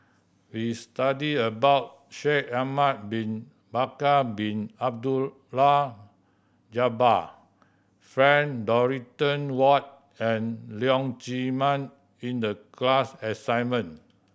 we studied about Shaikh Ahmad Bin Bakar Bin Abdullah Jabbar Frank Dorrington Ward and Leong Chee Mun in the class assignment